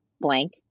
blank